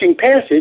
passage